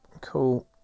cool